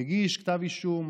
מגיש כתב אישום,